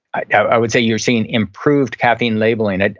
i would say you're seeing improved caffeine labeling. and